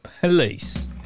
Police